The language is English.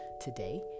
today